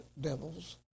devils